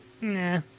nah